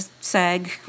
SAG